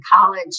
college